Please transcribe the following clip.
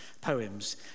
poems